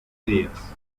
días